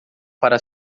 para